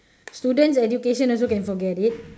students education also can forget it